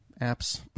apps